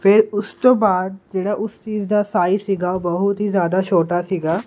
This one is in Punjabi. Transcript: ਫੇਰ ਉਸ ਤੋਂ ਬਾਅਦ ਜਿਹੜਾ ਉਸ ਚੀਜ ਦਾ ਸਾਈਜ ਸੀਗਾ ਬਹੁਤ ਈ ਜ਼ਿਆਦਾ ਛੋਟਾ ਸੀਗਾ